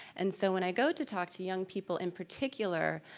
and so when i go to talk to young people in particular,